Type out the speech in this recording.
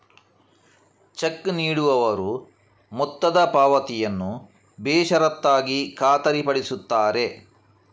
check ನೀಡುವವರು ಮೊತ್ತದ ಪಾವತಿಯನ್ನು ಬೇಷರತ್ತಾಗಿ ಖಾತರಿಪಡಿಸುತ್ತಾರೆ